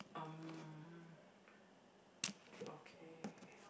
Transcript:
um okay